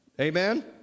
Amen